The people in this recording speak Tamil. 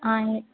ஆ இங்கே